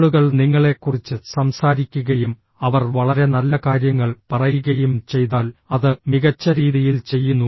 ആളുകൾ നിങ്ങളെക്കുറിച്ച് സംസാരിക്കുകയും അവർ വളരെ നല്ല കാര്യങ്ങൾ പറയുകയും ചെയ്താൽ അത് മികച്ച രീതിയിൽ ചെയ്യുന്നു